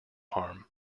harm